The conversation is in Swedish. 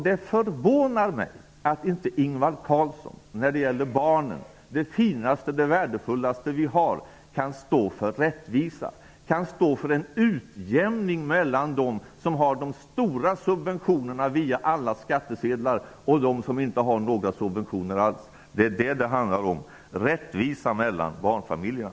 Det förvånar mig att inte Ingvar Carlsson i fråga om barnen -- det finaste och värdefullaste vi har -- kan stå för rättvisa, kan stå för en utjämning mellan dem som har de stora subventionerna via alla skattesedlar och dem som inte har några subventioner alls. Det handlar om rättvisa mellan barnfamiljerna.